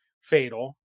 fatal